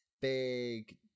big